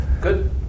Good